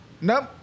Nope